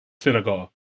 Senegal